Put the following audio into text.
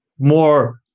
More